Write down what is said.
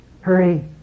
Hurry